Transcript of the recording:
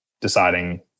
deciding